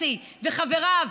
מסי וחבריו,